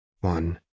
One